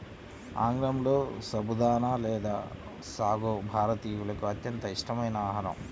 ఆంగ్లంలో సబుదానా లేదా సాగో భారతీయులకు అత్యంత ఇష్టమైన ఆహారం